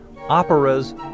operas